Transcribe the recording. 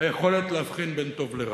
היכולת להבחין בין טוב לרע.